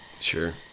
Sure